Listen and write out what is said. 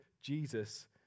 Jesus